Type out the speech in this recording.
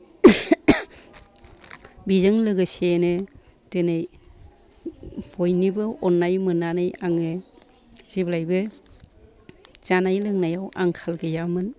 बेजों लोगोसेनो दिनै बयनिबो अननाय मोननानै आङो जेब्लायबो जानाय लोंनायाव आंखाल गैयामोन